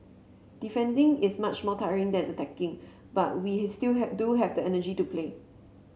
defending is much more tiring than attacking but we still have do have the energy to play